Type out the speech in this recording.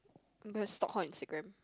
I'm gonna stalk her Instagram